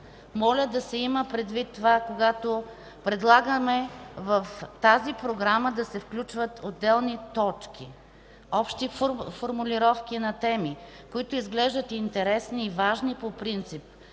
Моля да се има предвид това, когато предлагаме в тази програма да се включват отделни точки. Общи формулировки на теми, които изглеждат интересни и важни по принцип,